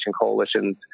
coalitions